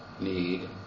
need